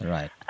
Right